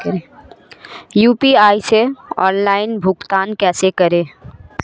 UPI से online भुगतान कैसे करें?